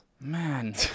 Man